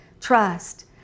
trust